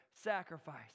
sacrifice